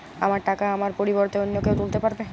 আমার টাকা আমার পরিবর্তে অন্য কেউ তুলতে পারবে?